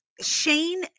Shane